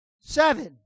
Seven